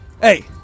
hey